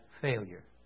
failure